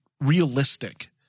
realistic